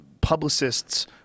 publicist's